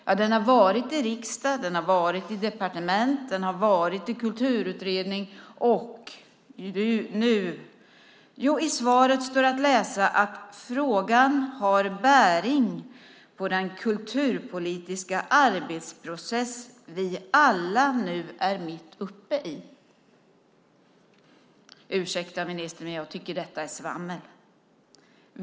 Ja, den har varit i riksdagen, den har varit i departementet, den har varit i Kulturutredningen, och nu då? Jo, i svaret står att läsa att frågan har "bäring på den kulturpolitiska arbetsprocess vi alla nu är mitt uppe i". Ursäkta, ministern, men jag tycker att detta är svammel.